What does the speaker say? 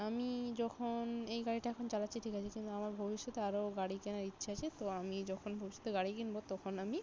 আমি যখন এই গাড়িটা এখন চালাচ্ছি ঠিক আছে কিন্তু আমার ভবিষ্যতে আরো গাড়ি কেনার ইচ্ছা আছে তো আমি যখন ভবিষ্যতে গাড়ি কিনবো তখন আমি